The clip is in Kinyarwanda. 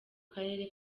karere